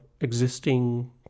existing